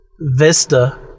Vista